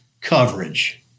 coverage